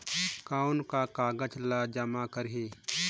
कौन का कागज ला जमा करी?